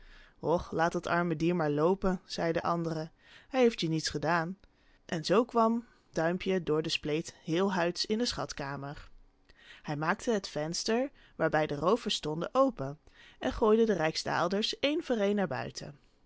och laat dat arme dier maar loopen zei de andere het heeft je niets gedaan en zoo kwam duimpje door de spleet heelhuids in de schatkamer hij maakte het venster waarbij de roovers stonden open en gooide de rijksdaalders één voor een naar buiten